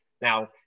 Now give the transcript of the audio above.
Now